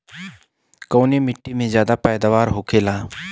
कवने मिट्टी में ज्यादा पैदावार होखेला?